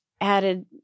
added